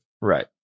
Right